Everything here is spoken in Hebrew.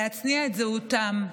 להצניע את זהותם.